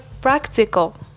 practical